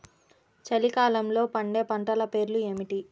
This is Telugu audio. చలికాలంలో పండే పంటల పేర్లు ఏమిటీ?